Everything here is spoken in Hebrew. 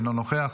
אינו נוכח,